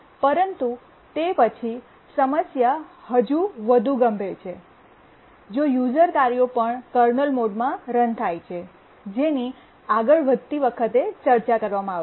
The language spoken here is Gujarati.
પરંતુ તે પછી સમસ્યા હજી વધુ ગંભીર છે જો યુઝર કાર્યો પણ કર્નલ મોડમાં રન થાય છે જેની આગળ વધતી વખતે ચર્ચા કરવામાં આવશે